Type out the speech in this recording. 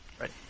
right